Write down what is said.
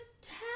tell